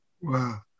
Wow